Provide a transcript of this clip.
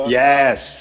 yes